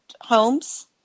homes